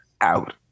out